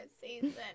season